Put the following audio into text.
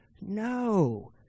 no